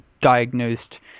diagnosed